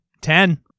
Ten